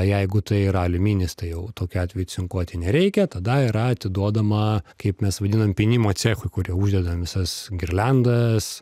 jeigu tai yra aliuminis tai jau tokiu atveju cinkuoti nereikia tada yra atiduodama kaip mes vadinam pynimo cechui kur jau uždedam visas girliandas